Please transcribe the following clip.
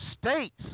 states